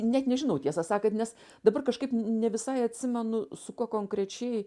net nežinau tiesą sakant nes dabar kažkaip ne visai atsimenu su kuo konkrečiai